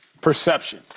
perception